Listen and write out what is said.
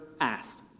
asked